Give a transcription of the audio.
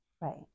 right